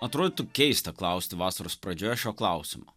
atrodytų keista klausti vasaros pradžioje šio klausimo